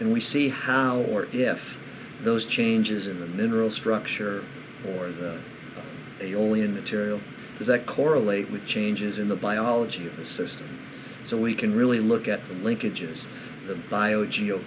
and we see how or if those changes in the mineral structure or are they only in material that correlate with changes in the biology of the system so we can really look at the linkages the bio